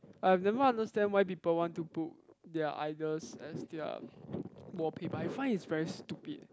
I have never understand why people want to put their idols as their wallpaper I find is very stupid